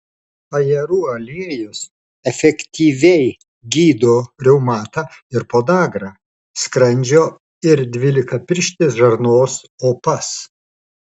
ajerų aliejus efektyviai gydo reumatą ir podagrą skrandžio ir dvylikapirštės žarnos opas